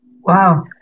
Wow